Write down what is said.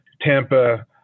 Tampa